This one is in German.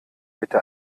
mitte